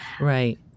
Right